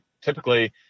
typically